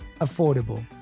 affordable